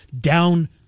down